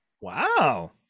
Wow